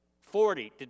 Forty